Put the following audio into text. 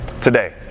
today